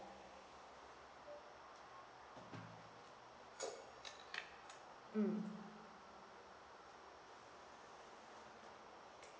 mm